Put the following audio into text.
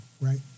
Right